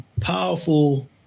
powerful